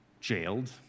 jailed